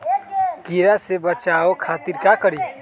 कीरा से बचाओ खातिर का करी?